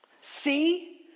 see